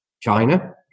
China